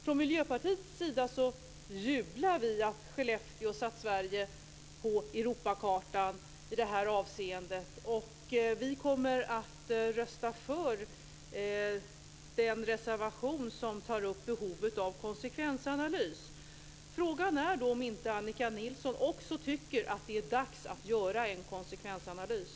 Från Miljöpartiets sida jublar vi över att Skellefteå har satt Sverige på Europakartan i det här avseendet, och vi kommer att rösta för den reservation som tar upp behovet av konsekvensanalys. Frågan är då om inte Annika Nilsson också tycker att det är dags att göra en konsekvensanalys.